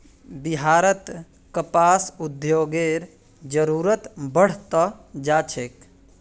बिहारत कपास उद्योगेर जरूरत बढ़ त जा छेक